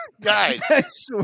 Guys